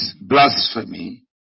blasphemy